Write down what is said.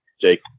jake